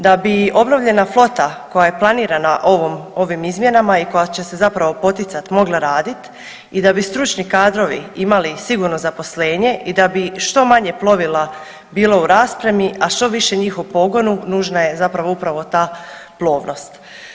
Da bi obnovljena flota koja je planirana ovom, ovim izmjenama i koja će se zapravo poticati mogla radit i da bi stručni kadrovi imali sigurno zaposlenje i da bi što manje plovila bilo u raspremi a što više njih u pogonu, nužna je zapravo upravo ta plovnost.